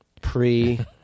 Pre